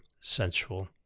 sensual